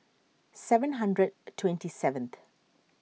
seven hundred twenty seventh